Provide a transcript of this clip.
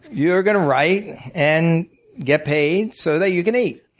you're going to write and get paid so that you can eat.